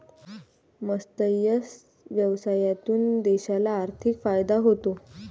मत्स्य व्यवसायातून देशाला आर्थिक फायदा होतो